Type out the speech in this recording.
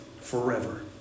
forever